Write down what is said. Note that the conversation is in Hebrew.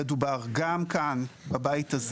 ודובר, ודובר וגם כאן, בבית הזה